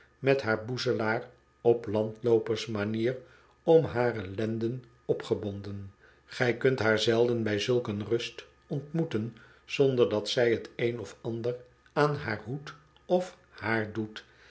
met haar boezelaar op landloopersmanier om hare lenden opgebonden gij kunt haar zelden bij zulk een rust ontmoeten zonder dat zij t een of ander aan haar hoed of haar doet